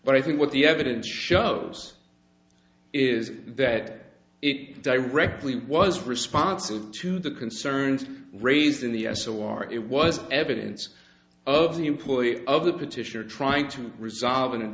but i think what the evidence shows is that it directly was responsive to the concerns raised in the us or it was evidence of the employee of the petitioner trying to resolve an a